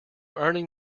earning